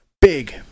Big